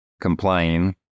complain